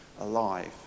alive